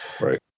Right